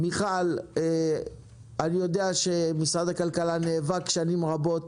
מיכל, אני יודע שמשרד הכלכלה נאבק שנים רבות